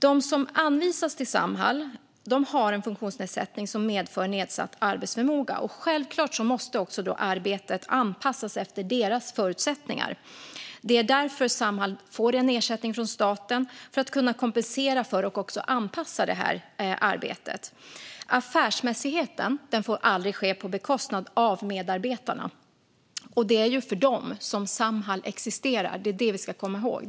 De som anvisas till Samhall har en funktionsnedsättning som medför nedsatt arbetsförmåga. Självklart måste då arbetet anpassas efter deras förutsättningar. Det är därför Samhall får ersättning från staten - för att kunna kompensera för detta och anpassa arbetet. Affärsmässigheten får aldrig vara på bekostnad av medarbetarna. Det är ju för dem som Samhall existerar. Det är det vi ska komma ihåg.